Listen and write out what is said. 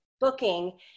booking